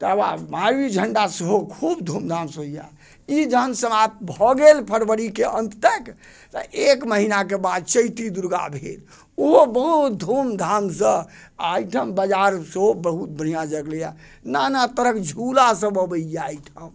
तऽ आब महावीर झंडा सेहो खूब धूमधाम से होइया ई जहन समाप्त भऽ गेल फरवरीके अंत तक तऽ एक महीनाके बाद चैती दुर्गा भेल ओहो धूमधाम सँ आ एहिठाम बजार सेहो बहुत बढ़िऑं जगले है नाना तरहक झूला सभ अबैया एहिठाम